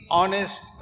honest